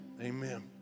amen